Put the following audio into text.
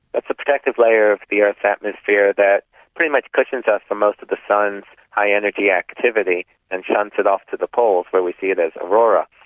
that's a protective layer of the earth's atmosphere that pretty much cushions us from most of the sun's high energy activity and sends it off to the poles where we see it as aurora.